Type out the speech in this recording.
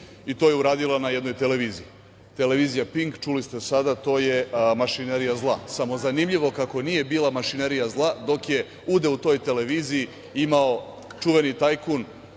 i to je uradila na jednoj televiziji. Televizija Pink, čuli ste sada, to je mašinerija zla, samo zanimljivo kako nije bila mašinerija zla dok je udeo u toj televiziji imao čuveni tajkun